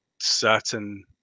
certain